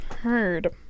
heard